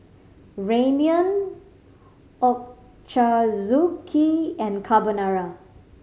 Ramyeon Ochazuke and Carbonara